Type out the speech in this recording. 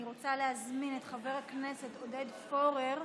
אני רוצה להזמין את חבר הכנסת עודד פורר